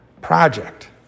project